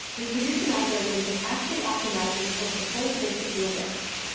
we produce an algorithm that actually optimizes over the full space of rule lists.